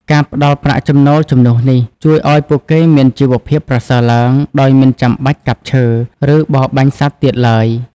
ការផ្តល់ប្រាក់ចំណូលជំនួសនេះ ជួយឱ្យពួកគេមានជីវភាពប្រសើរឡើង ដោយមិនចាំបាច់កាប់ឈើ ឬបរបាញ់សត្វទៀតឡើយ។